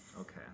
Okay